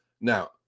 Now